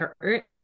hurt